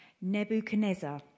Nebuchadnezzar